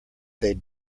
they